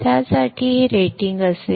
त्यासाठी हे रेटिंग असेल